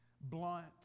blunt